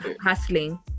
hustling